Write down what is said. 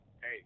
hey